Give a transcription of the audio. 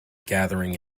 gathering